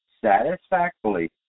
satisfactorily